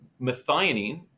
methionine